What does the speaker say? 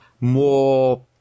more